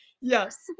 yes